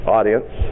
Audience